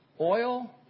Oil